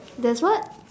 there's what